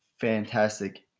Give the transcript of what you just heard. fantastic